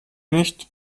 nicht